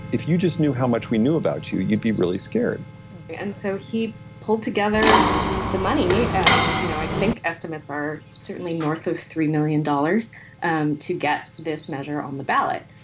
if you just knew how much we knew about you, you'd be really scared and so he pulled together the money. and you know, i think estimates are certainly north of three million dollars and to get this measure on the ballot.